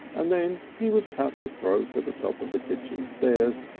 and then he would cut his throat at the top of the kitchen stairs,